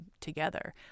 together